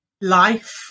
life